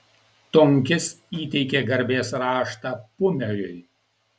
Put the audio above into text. tunkis įteikė garbės raštą pumeriui